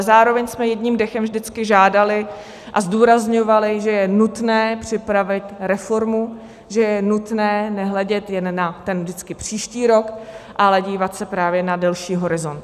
Zároveň jsme ale jedním dechem vždycky žádali a zdůrazňovali, že je nutné připravit reformu, že je nutné nehledět jen na ten vždycky příští rok, ale dívat se právě na delší horizont.